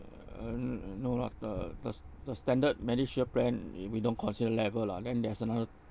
um no lah the the st~ the standard medishield plan we we don't consider level lah then there's another